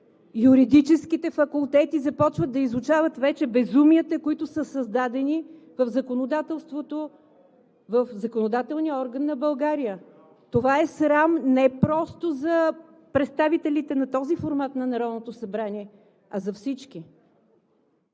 Юридическите факултети започват да изучават вече безумията, които са създадени в законодателния орган на България. Това е срам не просто за представителите на този формат на Народното събрание, а за всички